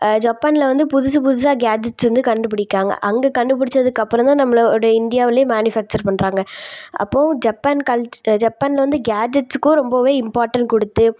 ஜப்பானில் வந்து புதுசு புதுசாக கேட்ஜெட்ஸ் வந்து கண்டு பிடிக்காங்க அங்கே கண்டு பிடிச்சதுக்கப்பறந்தான் நம்மளோட இந்தியாவிலே மேனுஃபேக்ச்சர் பண்ணுறாங்க அப்பவும் ஜப்பான் கல்ச் ஜப்பானில் வந்து கேட்ஜெட்ஸ்சுக்கும் ரொம்பவே இம்ப்பார்டண்ட் கொடுத்து